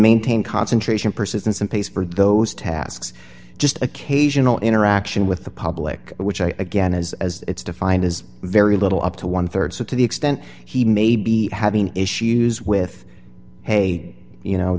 maintain concentration persistence and pace for those tasks just occasional interaction with the public which i again as as it's defined as very little up to one rd so to the extent he may be having issues with hey you know